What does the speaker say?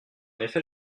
effet